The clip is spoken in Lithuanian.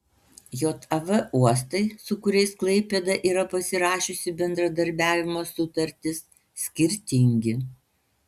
jav uostai su kuriais klaipėda yra pasirašiusi bendradarbiavimo sutartis skirtingi